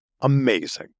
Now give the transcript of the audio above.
amazing